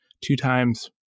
two-times